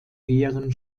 ehren